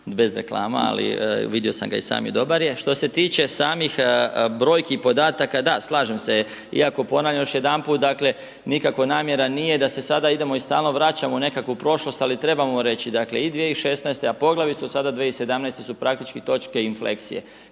bez reklama ali vidio sam ga i sam i dobar je. Što se tiče samih brojki i podataka da slažem se iako ponavljam još jedanput dakle nikako namjera nije da se sada idemo i stalno vraćamo u nekakvu prošlost, ali trebamo reći dakle i 2016. a poglavito sada 2017. su praktički točke infleksije